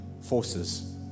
forces